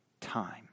time